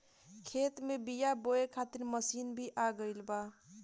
खेत में बीआ बोए खातिर मशीन भी आ गईल बा